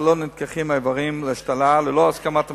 שלא נלקחים איברים להשתלה ללא הסכמת המשפחה,